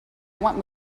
want